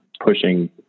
pushing